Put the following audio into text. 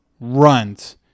runs